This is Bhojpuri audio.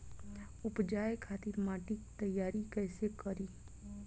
उपजाये खातिर माटी तैयारी कइसे करी?